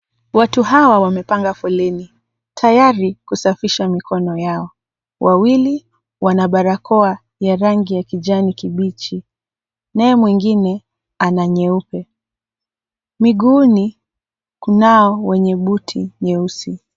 Watu hawa wamepanga foleni tayari kusafisha mikono yao, wawili wana barakoa ya rangi ya kijani kibichi nae mwingine ana nyeupe, miguuni kunao wenye buti nyeusi.